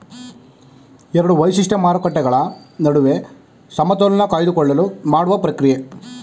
ಎರಡು ವೈಶಿಷ್ಟ್ಯ ಮಾರುಕಟ್ಟೆಗಳ ನಡುವೆ ಸಮತೋಲನೆ ಕಾಯ್ದುಕೊಳ್ಳಲು ಮಾಡುವ ಪ್ರಕ್ರಿಯೆ